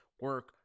Work